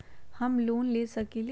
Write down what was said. हम लोन ले सकील?